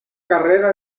carrera